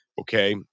Okay